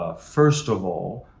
ah first of all,